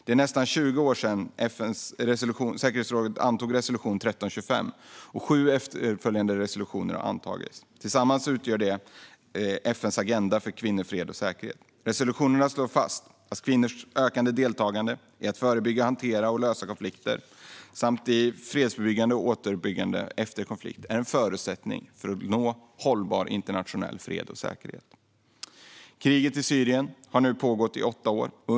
Det är nästan 20 år sedan FN:s säkerhetsråd antog resolution 1325. Sju efterföljande resolutioner har också antagits. Tillsammans utgör de FN:s agenda för kvinnor, fred och säkerhet. Resolutionerna slår fast att kvinnors ökade deltagande i att förebygga, hantera och lösa konflikter samt i fredsbyggande och återuppbyggande efter konflikt är en förutsättning för att uppnå hållbar internationell fred och säkerhet. Kriget i Syrien har nu pågått i åtta år.